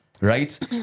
Right